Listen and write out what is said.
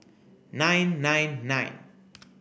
nine nine nine